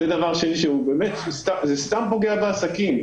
זה דבר שני שהוא באמת סתם פוגע בעסקים.